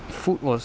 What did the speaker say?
food was